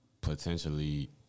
potentially